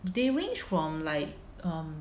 they range from like um